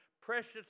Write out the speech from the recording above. precious